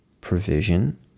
provision